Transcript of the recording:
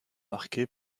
marquée